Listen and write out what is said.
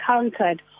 encountered